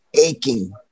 aching